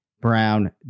Brown